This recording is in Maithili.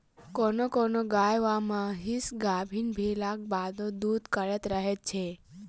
कोनो कोनो गाय वा महीस गाभीन भेलाक बादो दूध करैत रहैत छै